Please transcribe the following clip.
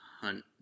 hunt